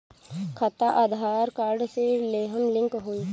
खाता आधार कार्ड से लेहम लिंक होई?